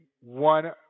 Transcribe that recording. one